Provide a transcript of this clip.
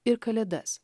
ir kalėdas